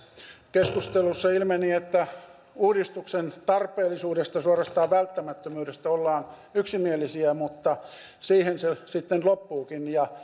keskustelussa ilmeni että uudistuksen tarpeellisuudesta suorastaan välttämättömyydestä ollaan yksimielisiä mutta siihen se sitten loppuukin